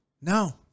No